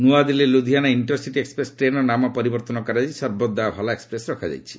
ନୂଆଦିଲ୍ଲୀ Ludhiana intercity express ଟ୍ରେନ୍ର ନାମ ପରିବର୍ତ୍ତନ କରାଯାଇ ସର୍ବତ୍ ଦା ଭାଲା ଏକ୍ୱପ୍ରେସ୍ ରଖାଯାଇଛି